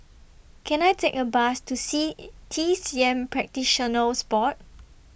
Can I Take A Bus to C T C M Practitioners Board